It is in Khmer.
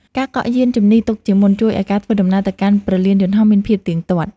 ការកក់យានជំនិះទុកជាមុន ជួយឱ្យការធ្វើដំណើរទៅកាន់ព្រលានយន្តហោះមានភាពទៀងទាត់។